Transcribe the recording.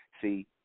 see